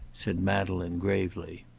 said madeleine, gravely.